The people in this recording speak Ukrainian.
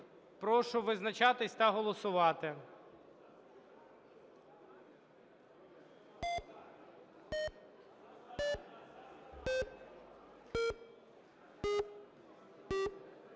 Прошу визначатись та голосувати.